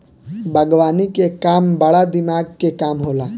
बागवानी के काम बड़ा दिमाग के काम होला